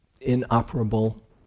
inoperable